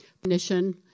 Definition